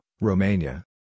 Romania